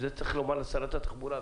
את זה צריך לומר לשרת התחבורה.